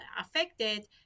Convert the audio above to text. affected